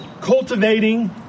cultivating